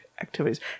activities